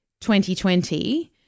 2020